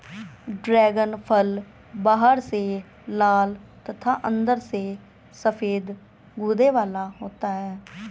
dragon फल बाहर से लाल तथा अंदर से सफेद गूदे वाला होता है